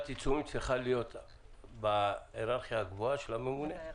עיצומים צריכה להיות בהיררכיה הגבוהה של הממונה?